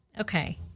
Okay